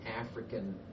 African